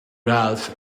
ralph